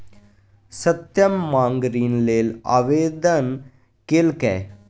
सत्यम माँग ऋण लेल आवेदन केलकै